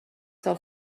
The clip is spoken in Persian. سال